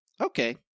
okay